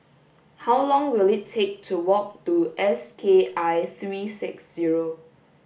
how long will it take to walk to S K I three six zero